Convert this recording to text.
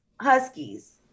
Huskies